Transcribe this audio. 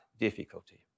difficulty